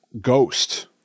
ghost